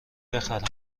بخرم